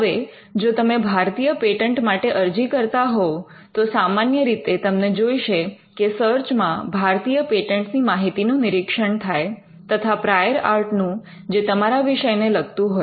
હવે જો તમે ભારતીય પેટન્ટ માટે અરજી કરતા હોવ તો સામાન્ય રીતે તમને જોઈશે કે સર્ચમાં ભારતીય પેટન્ટ ની માહિતીનું નિરીક્ષણ થાય તથા પ્રાયોર આર્ટ નું જે તમારા વિષયને લગતું હોય